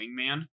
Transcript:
wingman